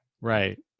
Right